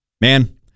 man